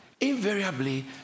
invariably